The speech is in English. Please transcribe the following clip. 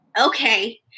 okay